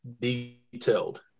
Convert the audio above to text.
detailed